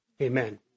Amen